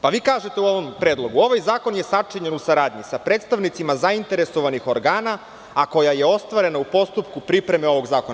Pa vi kažete u ovom predlogu – ovaj zakon je sačinjen u saradnji sa predstavnicima zainteresovanih organa, a koja je ostvarena u postupku pripreme ovog zakona.